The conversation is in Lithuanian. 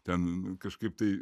ten kažkaip tai